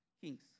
Kings